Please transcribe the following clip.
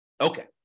Okay